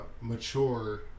mature